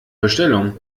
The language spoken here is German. bestellung